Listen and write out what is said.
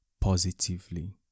positively